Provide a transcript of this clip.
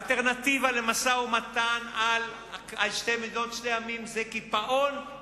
אלטרנטיבה למשא-ומתן על שתי מדינות לשני עמים זה קיפאון,